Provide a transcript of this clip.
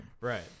Right